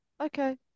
Okay